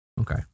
Okay